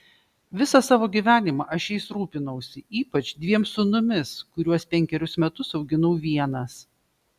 visą savo gyvenimą aš jais rūpinausi ypač dviem sūnumis kuriuos penkerius metus auginau vienas